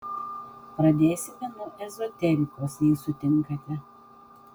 pradėsime nuo ezoterikos jei sutinkate